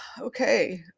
okay